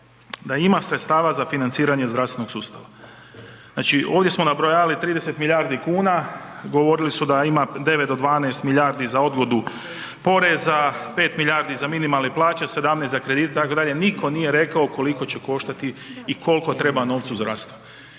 da ima sredstava za financiranje zdravstvenog sustava. Znači, ovdje smo nabrojali 30 milijardi kuna, govorili su da ima 9 do 12 milijardi za odgodu poreza, 5 milijardi za minimalne plaće, 17 za kredite itd., niko nije rekao koliko će koštati i kolko treba novca zdravstvu.